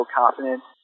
confidence